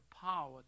power